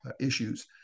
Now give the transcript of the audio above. issues